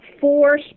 four